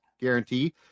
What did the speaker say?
guarantee